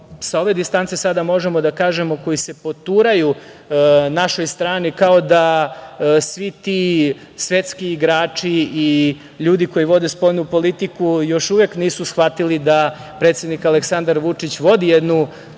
sa ove distance sada možemo da kažemo, koji se poturaju našoj strani kao da svi ti svetski igrači i ljudi koji vode spoljnu politiku još uvek nisu shvatili da predsednik Aleksandar Vučić vodi jednu